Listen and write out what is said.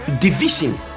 division